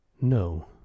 No